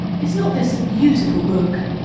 is not this a beautiful book?